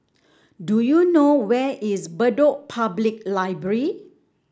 do you know where is Bedok Public Library